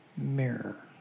mirror